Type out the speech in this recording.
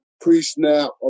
pre-snap